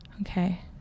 Okay